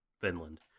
Finland